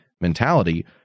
Mentality